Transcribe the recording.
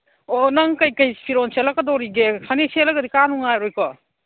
ꯑꯣ ꯅꯪ ꯀꯩꯀꯩ ꯐꯤꯔꯣꯜ ꯁꯦꯠꯂꯛꯀꯗꯧꯔꯤꯒꯦ ꯐꯅꯦꯛ ꯁꯦꯠꯂꯒꯗꯤ ꯀꯥ ꯅꯨꯡꯉꯥꯏꯔꯣꯏꯀꯣ